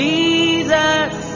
Jesus